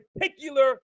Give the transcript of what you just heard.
particular